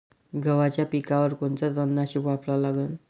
गव्हाच्या पिकावर कोनचं तननाशक वापरा लागन?